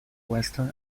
western